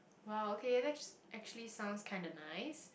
!wow! okay that's actually sounds kinda nice